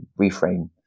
reframe